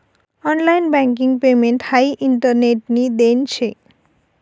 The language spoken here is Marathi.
ऑनलाइन बँकिंग पेमेंट हाई इंटरनेटनी देन शे